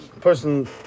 Person